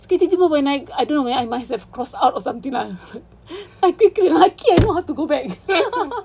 sekali tiba-tiba when I I don't know I must have crossed out or something lah I quickly lucky I know how to go back